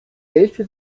hälfte